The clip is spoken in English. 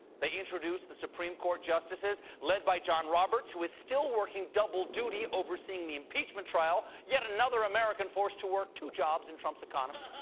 they introduced the supreme court justices, led by john roberts, who is still working double duty overseeing the impeachment trial. yet another american forced to work two jobs in trump's economy.